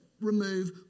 remove